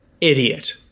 Idiot